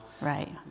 right